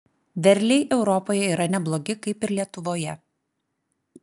derliai europoje yra neblogi kaip ir lietuvoje